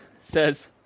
says